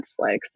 Netflix